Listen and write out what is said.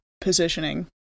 positioning